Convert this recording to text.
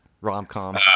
Rom-com